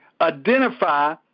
identify